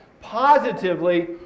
positively